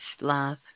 love